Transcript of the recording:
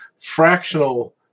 fractional